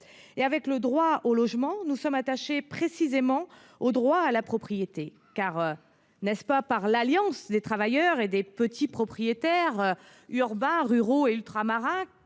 ! Avec le droit au logement, nous sommes attachés précisément au droit à la propriété. N’est ce pas grâce à l’alliance des travailleurs et des petits propriétaires urbains ruraux et ultramarins